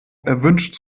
erwünscht